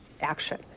action